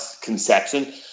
conception